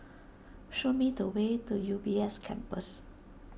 show me the way to U B S Campus